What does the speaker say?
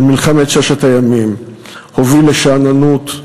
של מלחמת ששת הימים הוביל לשאננות,